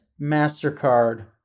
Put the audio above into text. MasterCard